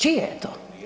Čije je to?